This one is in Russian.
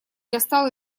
достал